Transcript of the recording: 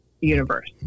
universe